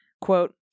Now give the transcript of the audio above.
quote